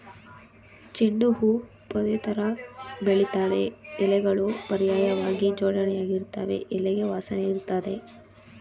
ಚೆಂಡು ಹೂ ಪೊದೆತರ ಬೆಳಿತದೆ ಎಲೆಗಳು ಪರ್ಯಾಯ್ವಾಗಿ ಜೋಡಣೆಯಾಗಿರ್ತವೆ ಎಲೆಗೆ ವಾಸನೆಯಿರ್ತದೆ